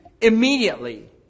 immediately